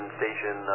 station